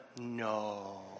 no